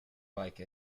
like